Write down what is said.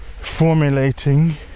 formulating